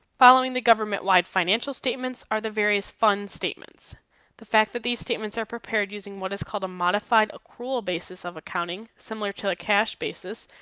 following the government-wide financial statements are the various fund statements the fact that these statements are prepared using what is called a modified accrual basis of accounting, similar to a cash basis,